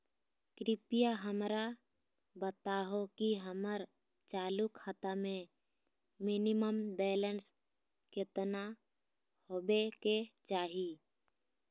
कृपया हमरा बताहो कि हमर चालू खाता मे मिनिमम बैलेंस केतना होबे के चाही